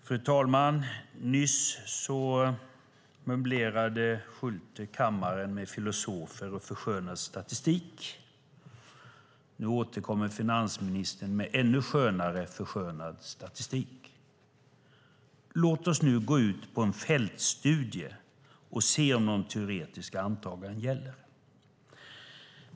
Fru talman! Nyss möblerade Schulte kammaren med filosofer och förskönad statistik, och nu återkommer finansministern med en ännu mer förskönad statistik. Låt oss gå ut på en fältstudie för att se om de teoretiska antagandena gäller.